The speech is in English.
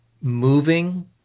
Moving